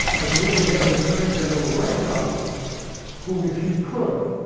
i believe we have an attorney general right now who, if he could,